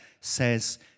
says